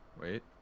Wait